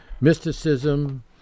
mysticism